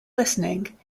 listening